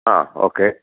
ആ ഓക്കെ